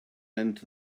into